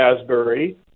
Asbury